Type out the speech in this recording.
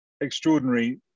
extraordinary